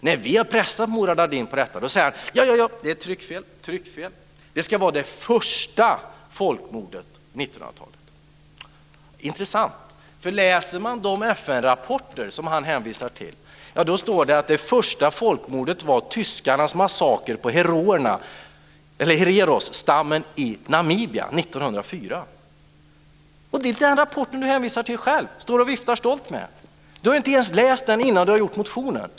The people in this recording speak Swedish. När vi har pressat Murad Artin på detta säger han: Ja, ja, det är tryckfel. Det skulle vara det första folkmordet på 1900-talet. Det är intressant, för om man läser de FN-rapporter som han hänvisar till finner man att det första folkmordet var tyskarnas massaker på hererosstammen i Namibia 1904. Det står i den rapport som Murad Artin själv hänvisar till och stolt viftar med. Han har inte ens läst den innan han har skrivit motionen.